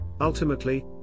ultimately